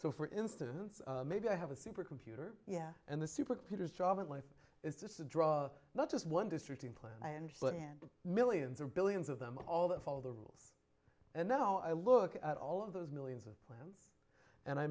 so for instance maybe i have a supercomputer yeah and the supercomputers job in life is just to draw not just one distracting plan and millions or billions of them all that follow the rules and now i look at all of those millions of plan and i